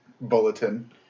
bulletin